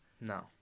No